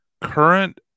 Current